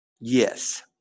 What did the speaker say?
Yes